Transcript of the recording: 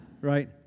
Right